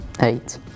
Eight